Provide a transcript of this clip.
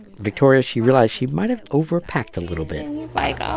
victoria, she realized she might have overpacked a little bit like, oh,